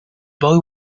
boy